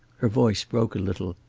her voice broke a little.